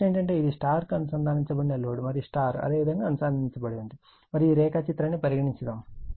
ప్రశ్న ఏమిటంటే ఇది Y అనుసంధానించబడిన లోడ్ మరియు Y అదే విధంగా అనుసంధానించబడి ఉంది మనము ఈ రేఖాచిత్రాన్ని పరిగణించుదాము